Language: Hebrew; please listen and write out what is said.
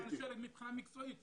לכן אני שואל מבחינה מקצועית,